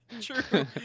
true